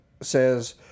says